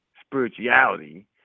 spirituality